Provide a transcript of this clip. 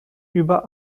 über